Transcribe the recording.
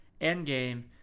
Endgame